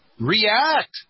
react